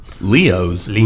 Leos